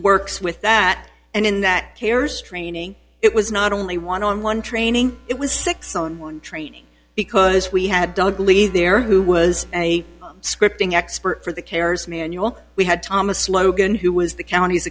works with that and in that cares training it was not only one on one training it was six on one training because we had dudley there who was a scripting expert for the carers manual we had thomas logan who was the count